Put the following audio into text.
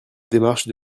démarche